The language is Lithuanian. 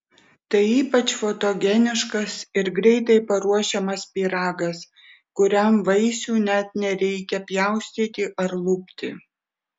tai ypač fotogeniškas ir greitai paruošiamas pyragas kuriam vaisių net nereikia pjaustyti ar lupti